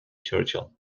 churchill